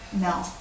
No